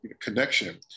connection